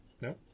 No